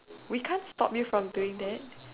we can't stop you from doing that